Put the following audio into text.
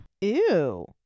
ew